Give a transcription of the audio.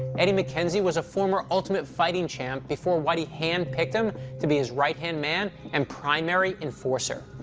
eddie mackenzie was a former ultimate-fighting champ before whitey handpicked him to be his right-hand man and primary enforcer.